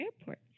airport